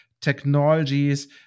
technologies